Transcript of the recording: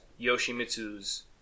Yoshimitsu's